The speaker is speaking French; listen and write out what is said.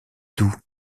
doux